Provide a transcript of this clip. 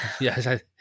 Yes